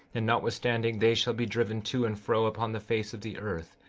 and notwithstanding they shall be driven to and fro upon the face of the earth,